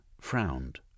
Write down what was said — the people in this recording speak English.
frowned